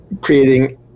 creating